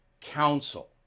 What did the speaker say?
Council